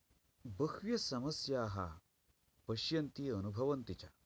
बह्व्यः समस्याः पश्यन्ति अनुभवन्ति च